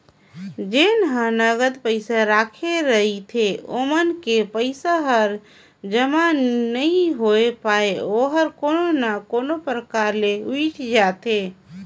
जेन ह नगद पइसा राखे रहिथे ओमन के पइसा हर जमा नइ होए पाये ओहर कोनो ना कोनो परकार ले उइठ जाथे